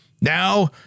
Now